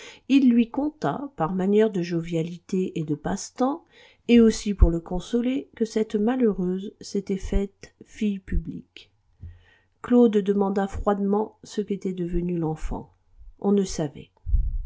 il lui conta par manière de jovialité et de passe-temps et aussi pour le consoler que cette malheureuse s'était faite fille publique claude demanda froidement ce qu'était devenu l'enfant on ne savait